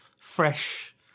fresh